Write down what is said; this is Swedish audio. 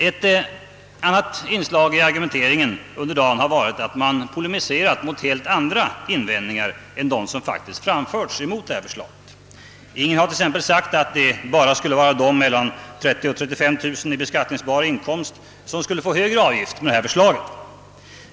Ett annat inslag i argumenteringen under dagen har varit att man polemiserat mot helt andra invändningar än dem som förts fram mot förslaget. Ingen har t.ex. sagt att bara de människor som har en årsinkomst mellan 30 000 och 35000 kronor i beskattningsbart belopp skulle få högre avgift enligt detta förslag.